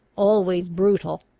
always brutal,